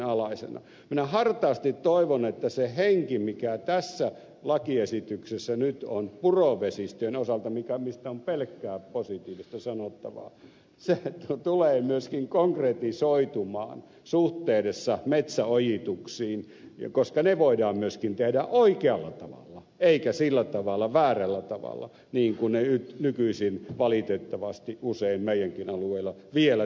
minä hartaasti toivon että se henki mikä tässä lakiesityksessä nyt on purovesistöjen osalta mistä on pelkkää positiivista sanottavaa tulee myöskin konkretisoitumaan suhteessa metsäojituksiin koska ne voidaan myöskin tehdä oikealla tavalla eikä sillä tavalla väärällä tavalla niin kuin ne nykyisin valitettavasti usein meidänkin alueilla vielä tehdään